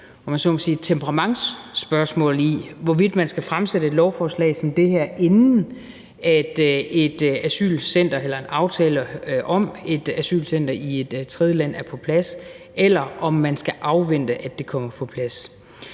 temperamentsspørgsmål i, hvorvidt man skal fremsætte et lovforslag som det her, inden et asylcenter eller en aftale om et asylcenter i et tredjeland er på plads, eller om man skal afvente, at det kommer på plads.